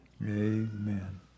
Amen